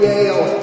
Yale